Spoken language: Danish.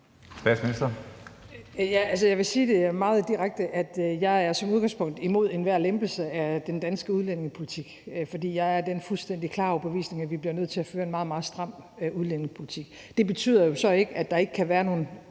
Jeg vil sige meget direkte, at jeg som udgangspunkt er imod enhver lempelse af den danske udlændingepolitik, fordi jeg er af den fuldstændig klare overbevisning, at vi bliver nødt til at føre en meget, meget stram udlændingepolitik. Det betyder jo så ikke, at der ikke kan være nogle